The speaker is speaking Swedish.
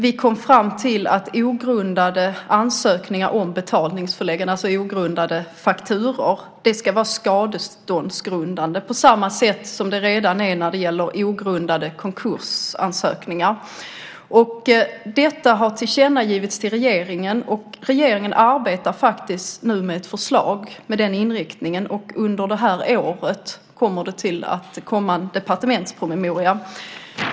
Vi kom fram till att ogrundade ansökningar om betalningsförelägganden, alltså ogrundade fakturor, ska vara skadeståndsgrundande på samma sätt som det redan är när det gäller ogrundade konkursansökningar. Detta har tillkännagivits för regeringen, och regeringen arbetar faktiskt nu med ett förslag med den inriktningen, och under det här året kommer det att komma en departementspromemoria.